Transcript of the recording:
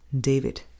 David